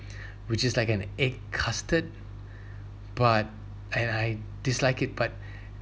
which is like an egg custard but I I dislike it but